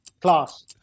Class